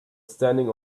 standing